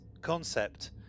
concept